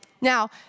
Now